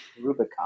Rubicon